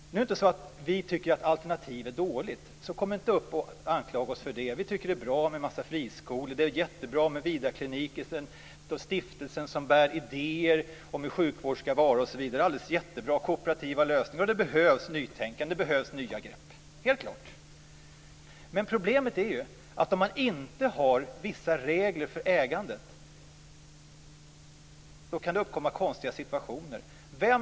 Det är inte så att vi tycker att alternativ är dåligt, så gå inte upp i talarstolen och anklaga oss för det! Vi tycker att det är bra med en massa friskolor. Det är jättebra med Vidarkliniken och stiftelser som bär idéer om hur sjukvården ska vara. Det är jättebra med kooperativa lösningar. Det behövs helt klart ett nytänkande och nya grepp. Problemet är att om man inte har vissa regler för ägandet kan konstiga situationer uppkomma.